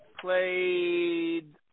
played